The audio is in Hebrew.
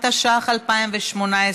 התשע"ח 2018,